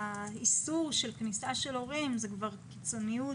האיסור של כניסה של הורים, זאת כבר קיצוניות